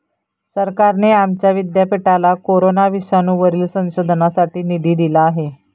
सरकारने आमच्या विद्यापीठाला कोरोना विषाणूवरील संशोधनासाठी निधी दिला आहे